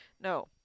No